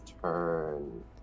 turn